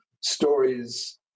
stories